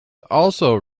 also